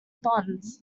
bonds